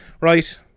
Right